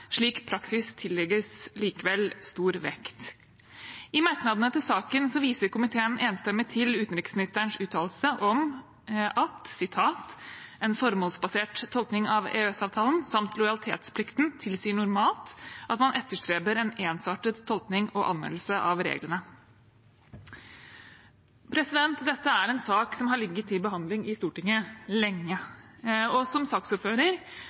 slik praksis likevel tillegges stor vekt. I merknadene til saken viser komiteen enstemmig til utenriksministerens uttalelse: «En formålsbasert tolkning av EØS-avtalen, samt lojalitetsplikten, tilsier normalt at man etterstreber en ensartet tolkning og anvendelse av reglene.» Dette er en sak som har ligget til behandling i Stortinget lenge, og som saksordfører